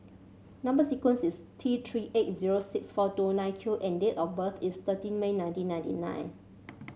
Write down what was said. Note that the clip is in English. number sequence is T Three eight zero six four two nine Q and date of birth is thirteen May nineteen ninety nine